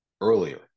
earlier